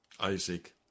Isaac